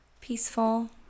peaceful